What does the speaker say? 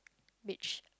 Mitch